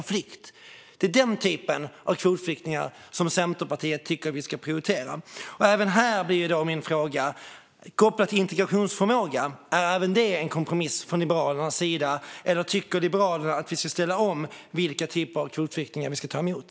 Det är den typen av kvotflyktingar som Centerpartiet tycker att vi ska prioritera. Kopplat till integrationsförmåga undrar jag om även detta är en kompromiss från Liberalerna. Eller tycker Liberalerna att vi ska ställa om när det gäller vilka typer av kvotflyktingar vi ska ta emot?